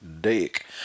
dick